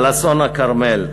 על אסון הכרמל,